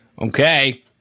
Okay